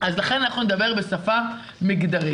לכן אנחנו נדבר בשפה מגדרית.